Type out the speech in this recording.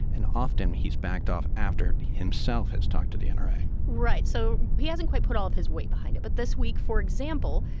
and often, he's backed off after he himself has talked to the and right. so he hasn't quite put all of his weight behind it. but this week, for example,